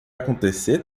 acontecer